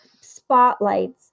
spotlights